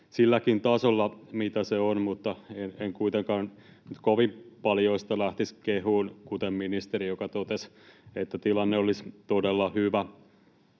silläkin tasolla, mitä se on, mutta en kuitenkaan kovin paljoa sitä lähtisi kehumaan kuten ministeri, joka totesi, että tilanne olisi todella hyvä.